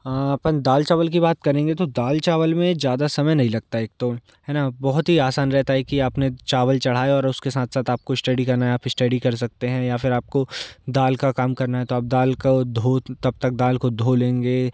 अपन दाल चावल की बात करेंगे तो दाल चावल में ज़्यादा समय नहीं लगता एक तो है ना बहुत ही आसान रहता है कि आपने चावल चढ़ाए और उसके साथ साथ आपको श्टडी करना है आप इश्टडी कर सकते हैं या फिर आपको दाल का काम करना है तो आप दाल को धो तब तक दाल को धो लेंगे